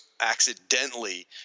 accidentally